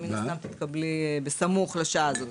ומן הסתם תתקבלי בסמוך לשעה הזאת,